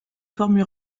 forme